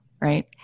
right